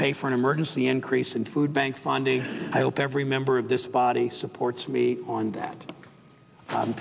pay for an emergency increase in food bank funding i hope every member of this body supports me on that